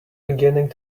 beginning